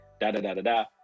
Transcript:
da-da-da-da-da